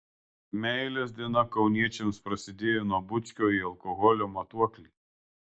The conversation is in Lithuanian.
meilės diena kauniečiams prasidėjo nuo bučkio į alkoholio matuoklį